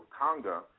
kanga